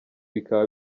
bikaba